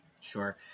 Sure